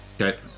Okay